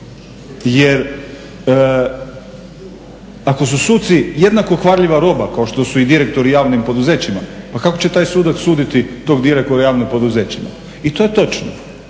Jer ako su suci jednako kvarljiva roba kao što su i direktori u javnim poduzećima pa kako će taj sudac suditi tog direktora tog javnog poduzeća. I to je točno.